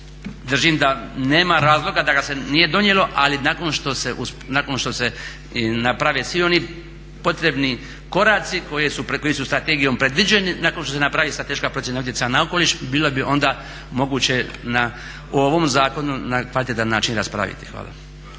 držim da nema razloga da ga se nije donijelo, ali nakon što se naprave svi oni potrebni koraci koji su strategijom predviđeni, nakon što se napravi strateška procjena utjecaja na okoliš bilo bi onda moguće o ovom zakonu na kvalitetan način raspraviti. Hvala.